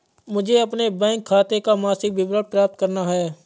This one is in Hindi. मुझे अपने बैंक खाते का मासिक विवरण प्राप्त करना है?